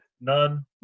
None